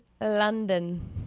London